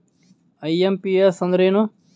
IMPS ಅಂದ್ರ ಏನು?